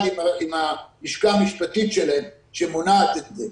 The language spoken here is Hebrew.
עם הלשכה המשפטית שלהם שמונעת את זה,